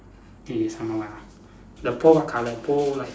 is number what ah the pole what colour pole like